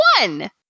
One